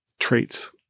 traits